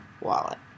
wallet